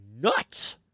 nuts